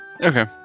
Okay